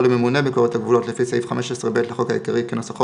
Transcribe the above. לממונה ביקורת הגבולות לפי סעיף 15(ב) לחוק העיקרי כנוסחו